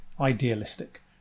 idealistic